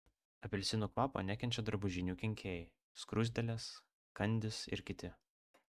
apelsinų kvapo nekenčia drabužinių kenkėjai skruzdėlės kandys ir kiti